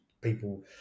people